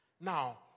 Now